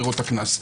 ברירות הקנס,